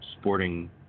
sporting